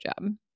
job